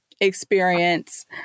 experience